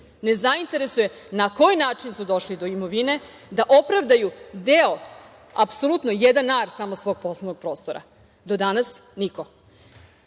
ne zainteresuje na koji način su došli do imovine da opravdaju deo, apsolutno jedan ar samo svog poslovnog prostora. Do danas